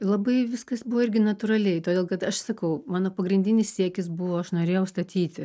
labai viskas buvo irgi natūraliai todėl kad aš sakau mano pagrindinis siekis buvo aš norėjau statyti